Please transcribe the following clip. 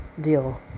deal